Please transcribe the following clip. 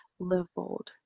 LiveBold